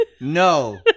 No